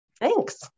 Thanks